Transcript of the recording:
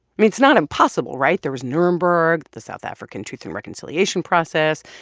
it's not impossible, right? there was nuremberg, the south african truth and reconciliation process,